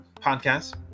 podcast